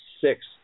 six